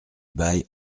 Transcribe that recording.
bail